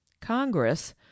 congress